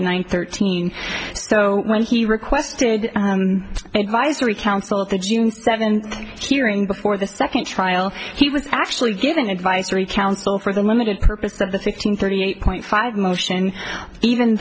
one thirteen so when he requested an advisory council the june seventh hearing before the second trial he was actually given advisory council for the limited purpose of the fifteen thirty eight point five motion even